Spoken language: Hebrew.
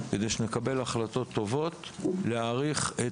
כדי שנקבל החלטות טובות להאריך את